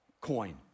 coin